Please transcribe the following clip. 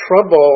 trouble